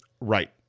Right